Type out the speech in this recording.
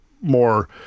more